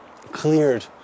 cleared